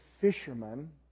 fisherman